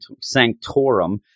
Sanctorum